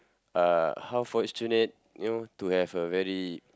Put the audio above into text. uh how fortunate you know to have a very